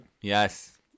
yes